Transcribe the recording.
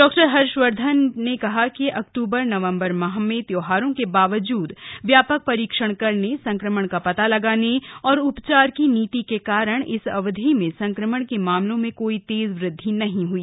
डॉ हर्षवर्धन ने कहा कि अक्तूबर नवम्बर माह में त्यौहारों के बावजूद व्यापक परीक्षण करने संक्रमण का पता लगाने और उपचार की नीति के कारण इस अवधि में संक्रमण के मामलों में कोई तेज वृद्धि नहीं देखी गई